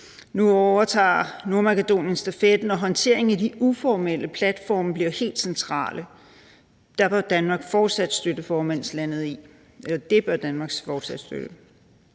Nu overtager Nordmakedonien stafetten, og håndteringen af de uformelle platforme bliver helt central. Det bør Danmark fortsat støtte formandslandet i.